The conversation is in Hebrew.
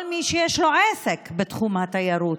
כל מי שיש לו עסק בתחום התיירות.